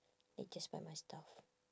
I just buy my stuff